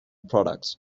products